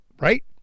Right